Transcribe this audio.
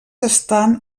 estan